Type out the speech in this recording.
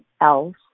else